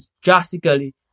drastically